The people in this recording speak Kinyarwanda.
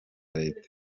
leta